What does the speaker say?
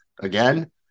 again